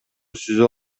сүзүп